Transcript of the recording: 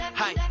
hi